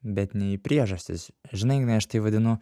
bet ne į priežastis žinai ignai aš tai vadinu